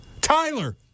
Tyler